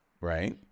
right